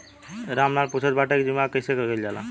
राम लाल पुछत बाड़े की बीमा कैसे कईल जाला?